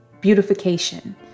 beautification